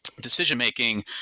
decision-making